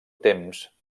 temps